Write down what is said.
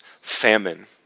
famine